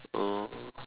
oh